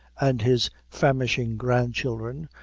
and his famishing grandchildren,